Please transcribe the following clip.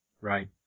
Right